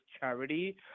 charity